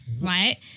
right